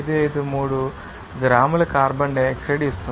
553 గ్రాముల carbon dioxide ఇస్తుంది